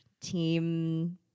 team